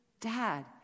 dad